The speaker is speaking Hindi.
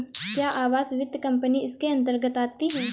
क्या आवास वित्त कंपनी इसके अन्तर्गत आती है?